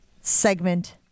segment